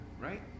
Right